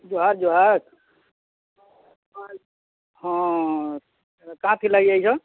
ଜୁହାର ଜୁହାର ହଁ କାହା ଥିର୍ ଲାଗି ଆଇଛ